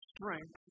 strength